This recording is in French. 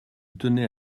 tenais